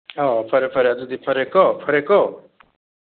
ꯑꯥꯎ ꯐꯔꯦ ꯐꯔꯦ ꯑꯗꯨꯗꯤ ꯐꯔꯦꯀꯣ ꯐꯔꯦꯀꯣ